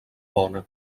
bona